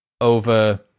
over